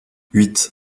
huit